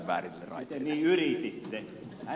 toinen asia